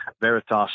Veritas